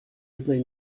jednej